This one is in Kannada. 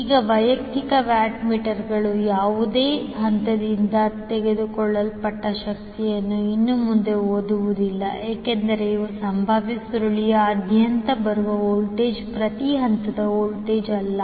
ಈಗ ವೈಯಕ್ತಿಕ ವ್ಯಾಟ್ ಮೀಟರ್ಗಳು ಯಾವುದೇ ಹಂತದಿಂದ ತೆಗೆದುಕೊಳ್ಳಲ್ಪಟ್ಟ ಶಕ್ತಿಯನ್ನು ಇನ್ನು ಮುಂದೆ ಓದುವುದಿಲ್ಲ ಏಕೆಂದರೆ ಇವು ಸಂಭಾವ್ಯ ಸುರುಳಿಯಾದ್ಯಂತ ಬರುವ ವೋಲ್ಟೇಜ್ ಪ್ರತಿ ಹಂತದ ವೋಲ್ಟೇಜ್ ಅಲ್ಲ